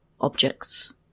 objects